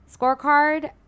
Scorecard